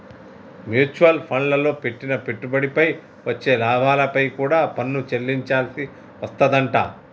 mutual ఫండ్లల్లో పెట్టిన పెట్టుబడిపై వచ్చే లాభాలపై కూడా పన్ను చెల్లించాల్సి వస్తాదంట